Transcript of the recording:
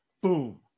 boom